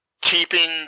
keeping